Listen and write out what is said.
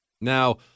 Now